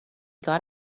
got